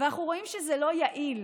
ואנחנו רואים שזה לא יעיל.